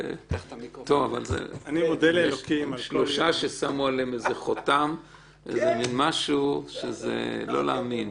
טוב, השלושה ששמו עליהם איזה חותם שזה לא להאמין.